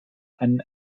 einen